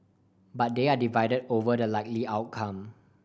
but they are divided over the likely outcome